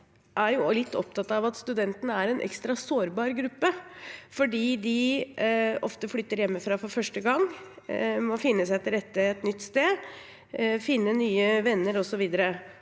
også litt opptatt av at studentene er en ekstra sårbar gruppe, fordi de ofte flytter hjemmefra for første gang, må finne seg til rette et nytt sted, finne nye venner osv.